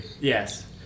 Yes